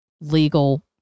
legal